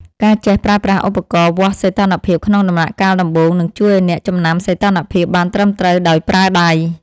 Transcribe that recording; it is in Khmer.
ការចេះប្រើប្រាស់ឧបករណ៍វាស់សីតុណ្ហភាពក្នុងដំណាក់កាលដំបូង នឹងជួយឱ្យអ្នកចំណាំសីតុណ្ហភាពបានត្រឹមត្រូវដោយប្រើដៃ។